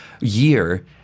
year